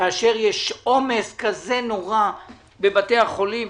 כאשר יש עומס כזה נורא בבתי החולים,